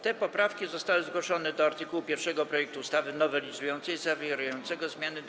Te poprawki zostały zgłoszone do art. 1 projektu ustawy nowelizującej zawierającego zmiany do